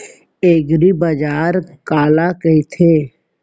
एगरीबाजार काला कहिथे?